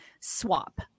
swap